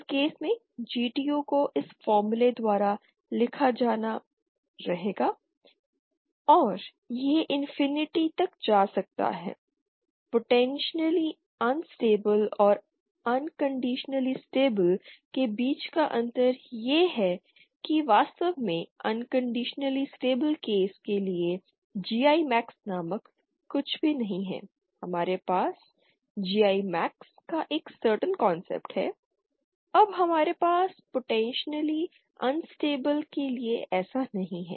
इस केस में GTU को इस फार्मूला द्वारा लिखा जाना रहेगा और यह इंफिनिटी तक जा सकता है पोटेंशियली अनस्टेबिल और अनकंडीशनली स्टेबल के बीच का अंतर यह है कि वास्तव में अनकंडीशनली स्टेबल केस के लिए GI मैक्स नामक कुछ भी नहीं है हमारे पास GI मैक्स का एक सर्टेन कॉन्सेप्ट है अब हमारे पास पोटेंशियली अनस्टेबिल के लिए ऐसा नहीं है